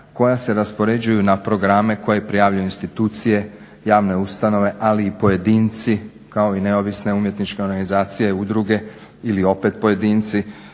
koja se raspoređuju na programe koje prijavljuju institucije, javne ustanove ali i pojedinci kao i neovisne umjetničke organizacije, udruge ili opet pojedinci